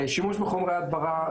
שימוש בחומרי הדברה,